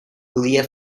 podia